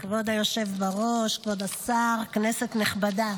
כבוד היושב בראש, כבוד השר, כנסת נכבדה,